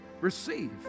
Receive